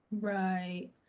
right